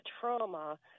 trauma